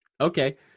Okay